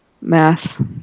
math